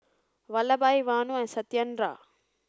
Vallabhbhai Vanu and Satyendra